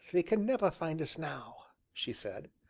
they can never find us now! she said.